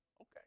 Okay